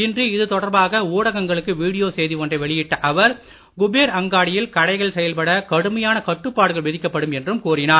இன்று இது தொடர்பாக ஊடகங்களுக்கு வீடியோ செய்தி ஒன்றை வெளியிட்ட அவர் குபேர் அங்காடியில் கடைகள் செயல்பட கடுமையான கட்டுப்பாடுகள் விதிக்கப்படும் என்றும் கூறினார்